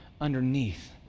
underneath